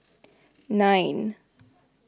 nine